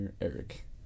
Eric